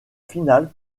finale